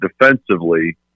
Defensively